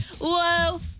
Whoa